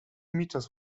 metres